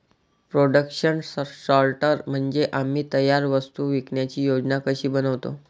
production सॉर्टर म्हणजे आम्ही तयार वस्तू विकण्याची योजना कशी बनवतो